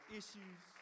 issues